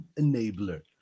enabler